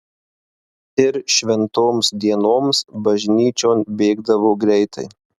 ir šventoms dienoms bažnyčion bėgdavo greitai